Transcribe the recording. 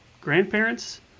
grandparents